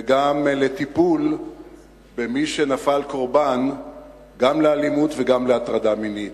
וגם לטיפול במי שנפל קורבן גם לאלימות וגם להטרדה מינית.